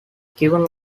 given